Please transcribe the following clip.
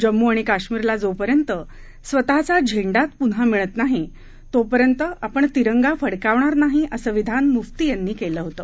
जम्मू आणि काश्मीरला जोपर्यंत स्वतःचा झेंडा पुन्हा मिळत नाही तोपर्यंत आपण तीरंगा फडकवणार नाही असं विधान मुफ्ती यांनी केलं होतं